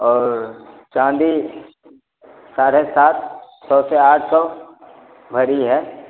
और चाँदी साढ़े सात सौ से आठ सौ भरी है